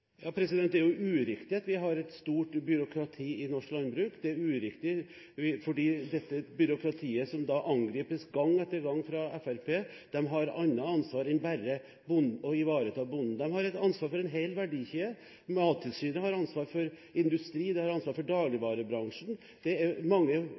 er uriktig at vi har et stort byråkrati i norsk landbruk. Det er uriktig fordi dette byråkratiet, som angripes gang etter gang av Fremskrittspartiet, har annet ansvar enn bare å ivareta bonden. De har ansvar for en hel verdikjede. Mattilsynet har ansvar for industri, og det har ansvar for